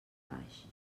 baix